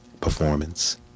performance